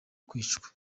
kwicwa